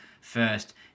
first